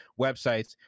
websites